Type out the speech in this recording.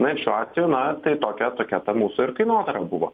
na ir šiuo atveju na tai tokia tokia mūsų ir kainodara buvo